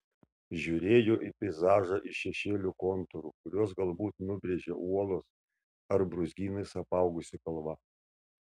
žiūrėjo į peizažą iš šešėlių kontūrų kuriuos galbūt nubrėžė uolos ar brūzgynais apaugusi kalva